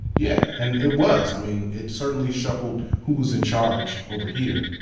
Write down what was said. yeah. and it was, i mean, it certainly shuffled who was in charge over here.